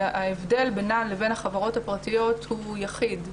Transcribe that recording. ההבדל בינן לבין החברות הפרטיות הוא יחיד,